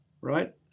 right